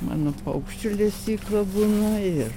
mano paukščių lesykla būna ir